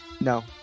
no